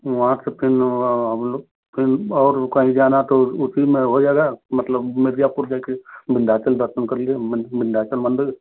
वहाँ से फिर फिर और कहीं जाना तो उसी में हो जाएगा मतलब मिर्ज़ापुर में जैसे विंध्याचल दर्शन कर लिए विंध्याचल मंदिर